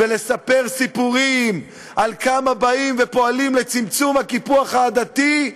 ולספר סיפורים על כמה באים ופועלים לצמצום הקיפוח העדתי,